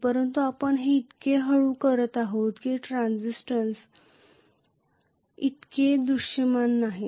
परंतु आपण हे इतके हळू करत आहोत की ट्रान्सजिन्ट इतके दृश्यमान नाहीत